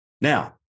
Now